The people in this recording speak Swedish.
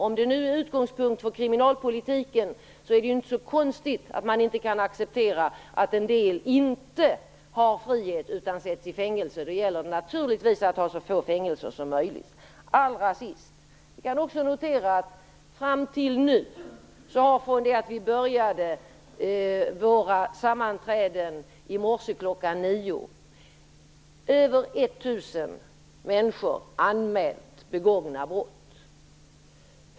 Om det är utgångspunkten för kriminalpolitiken är det inte så konstigt att man inte kan acceptera att en del inte har frihet utan sätts i fängelse. Då gäller det naturligtvis att ha så få fängelser som möjligt. Fram till nu, från det att vi i morse kl. 09.00 började sammanträda, har över 1 000 människor anmält begångna brott.